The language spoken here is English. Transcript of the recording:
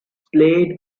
swayed